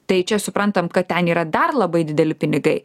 tai čia suprantam kad ten yra dar labai dideli pinigai